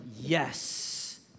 yes